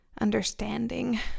understanding